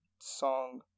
song